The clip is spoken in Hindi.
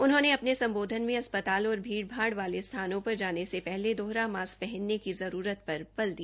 उन्होंने अपने सम्बोधन मे अस्पताल और भीड़ भाड़ वाले स्थानों पर जाने से पहले दोहरा मास्क् पहनने की जरूरत पर जोर दिया